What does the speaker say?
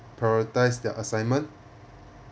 prioritise their assignment